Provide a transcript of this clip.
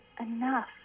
enough